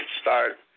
start